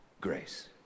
grace